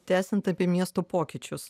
tęsiant apie miesto pokyčius